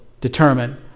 determine